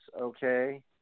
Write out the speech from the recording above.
okay